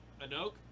Anoke